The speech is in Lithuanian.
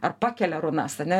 ar pakelia runas ane